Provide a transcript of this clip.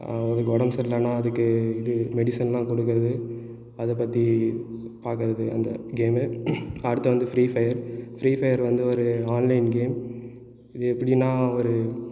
அ அதுக்கு உடம்பு சரியில்லைனா அதுக்கு இது மெடிசன்லாம் கொடுக்குறது அதை பற்றி பார்க்குறது அந்த கேம்மு அடுத்து வந்து ஃப்ரி ஃப்யர் ஃப்ரி ஃப்யர் வந்து ஒரு ஆன்லைன் கேம் இது எப்படின்னா ஒரு